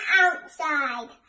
outside